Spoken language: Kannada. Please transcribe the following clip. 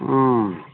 ಹ್ಞೂ